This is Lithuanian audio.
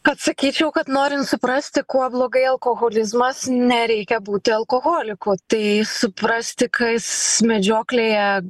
atsakyčiau kad norint suprasti kuo blogai alkoholizmas nereikia būti alkoholiku tai suprasti kas medžioklėje